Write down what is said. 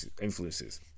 influences